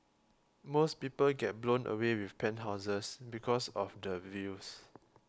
most people get blown away with penthouses because of the views